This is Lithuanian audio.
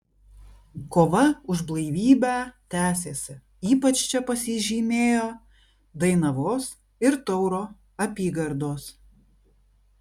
kova už blaivybę tęsėsi ypač čia pasižymėjo dainavos ir tauro apygardos